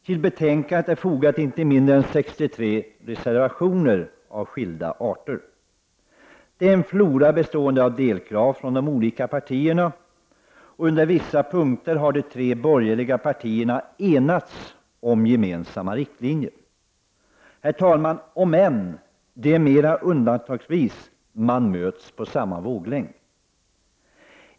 Till betänkandet har fogats inte mindre än 63 reservationer, av skilda arter. Det är en flora bestående av delkrav från de olika partierna. Under vissa punkter har de tre borgerliga partierna enats om gemensamma riktlinjer, om än det är mera undantagsvis de möts på samma våglängd.